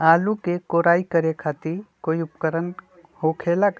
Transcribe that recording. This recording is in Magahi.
आलू के कोराई करे खातिर कोई उपकरण हो खेला का?